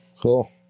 cool